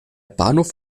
bahnhof